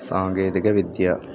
സാങ്കേതികവിദ്യ